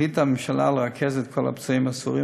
החליטה הממשלה לרכז את כל הפצועים הסורים